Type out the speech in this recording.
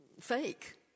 fake